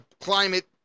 climate